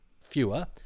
fewer